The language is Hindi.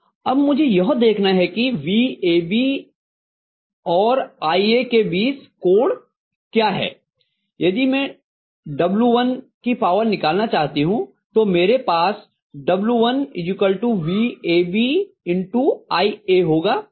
अब मुझे यह देखना है कि vAB and iA के बीच कोण क्या है यदि मैं W1 की पावर निकालना चाहती हूँ तो मेरे पास W1 vAB iA होगा यह 30ο है